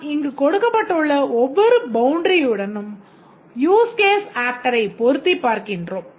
நாம் இங்கு கொடுக்கப்பட்டுள்ள ஒவ்வொரு பவுண்டரியுடன் யூஸ் கேஸ் ஆக்டரை பொருத்தி பார்க்கின்றோம்